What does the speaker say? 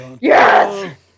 Yes